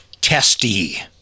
testy